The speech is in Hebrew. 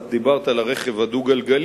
את דיברת על הרכב הדו-גלגלי,